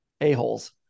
a-holes